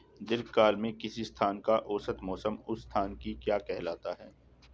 दीर्घकाल में किसी स्थान का औसत मौसम उस स्थान की क्या कहलाता है?